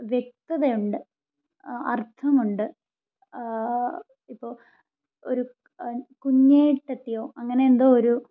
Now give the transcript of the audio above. വ്യക്തതയുണ്ട് അർത്ഥമുണ്ട് ഇപ്പോൾ ഒരു കുഞ്ഞേട്ടത്തിയോ അങ്ങനെ എന്തോ ഒരു